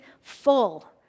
full